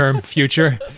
future